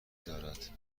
دارد